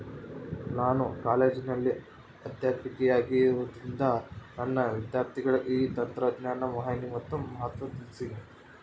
ನಾನು ಕಾಲೇಜಿನಲ್ಲಿ ಅಧ್ಯಾಪಕಿಯಾಗಿರುವುದರಿಂದ ನನ್ನ ವಿದ್ಯಾರ್ಥಿಗಳಿಗೆ ಈ ತಂತ್ರಜ್ಞಾನದ ಮಾಹಿನಿ ಮತ್ತು ಮಹತ್ವ ತಿಳ್ಸೀನಿ